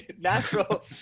Natural